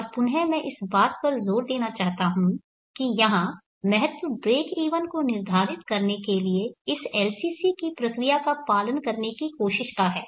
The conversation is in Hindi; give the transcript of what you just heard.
और पुनः मैं इस बात पर जोर देना चाहता हूं कि यहां महत्व ब्रेक इवन को निर्धारित करने के लिए इस LCC की प्रक्रिया का पालन करने की कोशिश का है